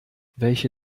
welche